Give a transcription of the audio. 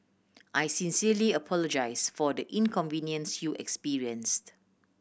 I sincerely apologise for the inconvenience you experienced